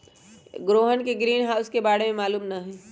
रोहन के ग्रीनहाउस के बारे में मालूम न हई